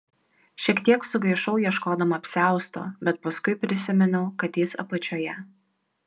šiek tiek sugaišau ieškodama apsiausto bet paskui prisiminiau kad jis apačioje